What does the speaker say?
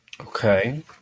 Okay